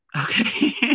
okay